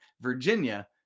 Virginia